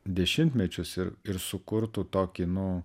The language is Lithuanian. dešimtmečius ir ir sukurtų tokį nu